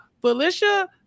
Felicia